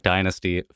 Dynasty